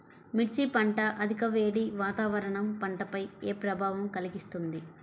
మిర్చి పంట అధిక వేడి వాతావరణం పంటపై ఏ ప్రభావం కలిగిస్తుంది?